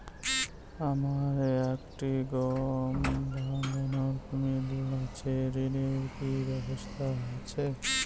আমার একটি গম ভাঙানোর মিল আছে ঋণের কি ব্যবস্থা আছে?